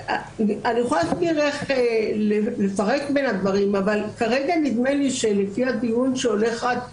אני יכולה לפרט בין הדברים אבל כרגע נדמה לי שלפי הדיון שהולך עד כה,